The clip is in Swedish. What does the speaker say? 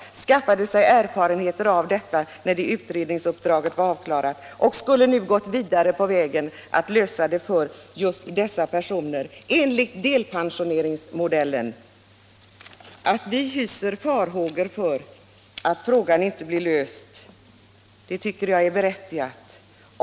Den skaffade sig erfarenheter av detta, och när utredningsuppdraget var avklarat skulle den ha gått vidare på vägen och enligt delpensioneringsmodellen löst problemen just för dessa människor. Att vi hyser farhågor för att problemen inte blir lösta är berättigat.